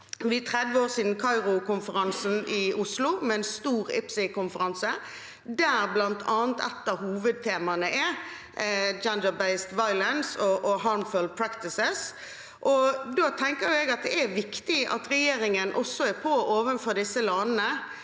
vi 30 år siden Kairo-konferansen med en stor IPCI-konferanse i Oslo, der et av hovedtemaene er «gender based violence» og «harmful practices». Da tenker jeg at det er viktig at regjeringen også er på overfor disse landene